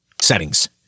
Settings